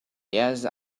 yeah